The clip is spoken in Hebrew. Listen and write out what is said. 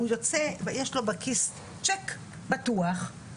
יש לו בכיס צ'ק פתוח,